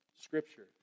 scripture